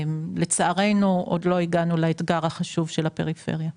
לצערנו עוד לא הגענו לאתגר החשוב של הפריפריה,